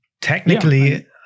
technically